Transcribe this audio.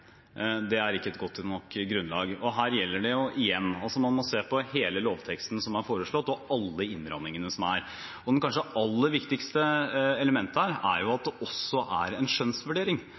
det er ikke et godt nok grunnlag. Her gjelder det igjen: Man må se på hele lovteksten som er foreslått, og alle innrammingene som er. Og det kanskje aller viktigste elementet her er at det også er en skjønnsvurdering.